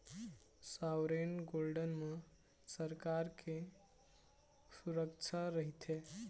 sovereign gold म सरकार के सुरक्छा रहिथे